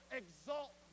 exalt